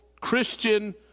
Christian